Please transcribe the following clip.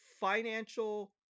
financial